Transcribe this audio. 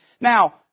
Now